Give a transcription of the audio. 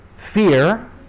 Fear